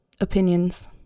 opinions